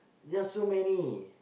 they're so many